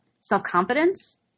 self-confidence